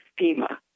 FEMA